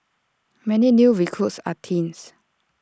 many new recruits are teens